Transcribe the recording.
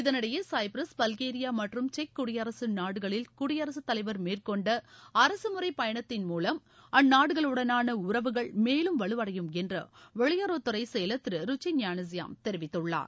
இதனிடையே Cyprus Bulgaria மற்றும் செக் குடியரசு நாடுகளில் குடியரசு தலைவர் மேற்கொண்ட அரசு முறை பயணத்தின் மூவம் அந்நாடுகளுடனான உறவுகள் மேலும் வலுவடையும் என்று வெளியுறவுத்துறை செயலர் திரு ருச்சி ஞானசியாம் தெரிவித்துள்ளார்